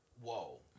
Whoa